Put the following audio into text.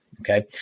Okay